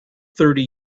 thirty